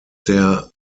der